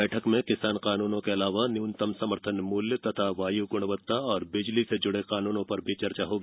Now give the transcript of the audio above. बैठक में किसान कानूनों के आलावा न्यूनतम समर्थन मूल्य तथा वायु गुणवत्ता और बिजली से जुडे कानूनों पर भी चर्चा होगी